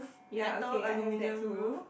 ya okay I have that too